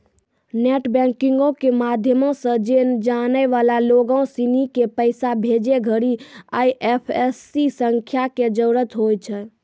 net बैंकिंगो के माध्यमो से नै जानै बाला लोगो सिनी के पैसा भेजै घड़ि आई.एफ.एस.सी संख्या के जरूरत होय छै